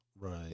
right